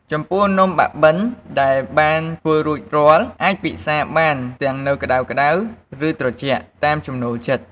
ចំពោះ នំបាក់បិនដែលបានធ្វើរួចរាល់ អាចពិសារបានទាំងនៅក្ដៅៗ ឬត្រជាក់ តាមចំណូលចិត្ត។